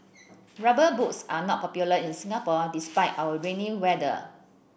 rubber boots are not popular in Singapore despite our rainy weather